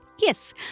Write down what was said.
Yes